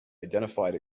identified